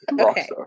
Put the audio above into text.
okay